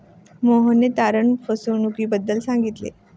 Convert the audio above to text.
मोहनने तारण फसवणुकीबद्दल सांगितले